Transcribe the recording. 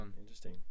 Interesting